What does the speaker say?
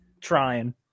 trying